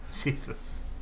Jesus